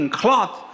cloth